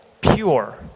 pure